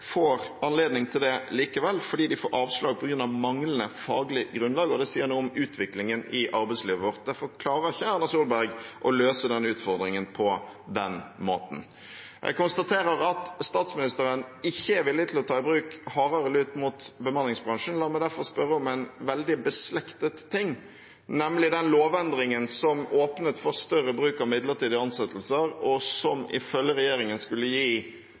får anledning til det likevel, fordi de får avslag på grunn av manglende faglig grunnlag. Det sier noe om utviklingen i arbeidslivet vårt. Derfor klarer ikke Erna Solberg å løse denne utfordringen på den måten. Jeg konstaterer at statsministeren ikke er villig til å ta i bruk hardere lut mot bemanningsbransjen. La meg derfor spørre om en veldig beslektet ting, nemlig den lovendringen som åpnet for mer bruk av midlertidige ansettelser, og som ifølge regjeringen skulle gi